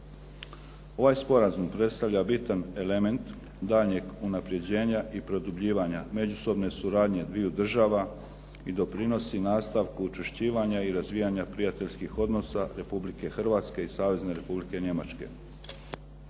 Ovaj sporazum predstavlja bitan element daljnjeg unapređenja i produbljivanja međusobne suradnje dviju država i doprinosi nastavku učvršćivanja i razvijanja prijateljskih odnosa Republike Hrvatske i Savezne Republike Njemačke.